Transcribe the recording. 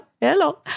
Hello